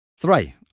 Three